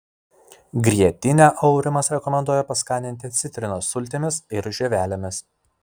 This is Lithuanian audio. grietinę aurimas rekomenduoja paskaninti citrinos sultimis ir žievelėmis